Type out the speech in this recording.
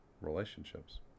relationships